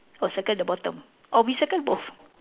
or circle the bottom or we circle both